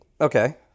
Okay